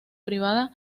privada